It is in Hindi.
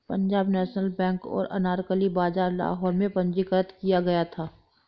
पंजाब नेशनल बैंक को अनारकली बाजार लाहौर में पंजीकृत किया गया था